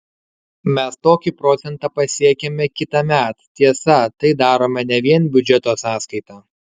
mes tokį procentą pasiekiame kitąmet tiesa tai darome ne vien biudžeto sąskaita